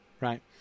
right